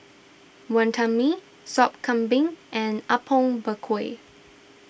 Wantan Mee Sop Kambing and Apom Berkuah